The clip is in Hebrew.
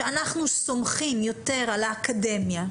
שאנחנו סומכים יותר על האקדמיה,